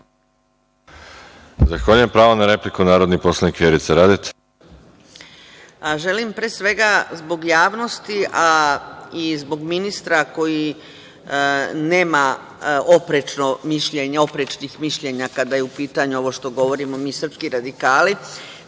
Zahvaljujem. Pravo na repliku, narodni poslanik Vjerica Radeta. **Vjerica Radeta** Želim pre svega zbog javnosti, a i zbog ministra koji nema oprečnih mišljenja, kada je u pitanju ovo što govorimo mi srpski radikali,